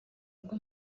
ubwo